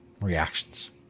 reactions